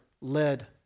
led